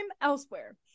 elsewhere